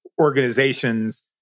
organizations